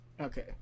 Okay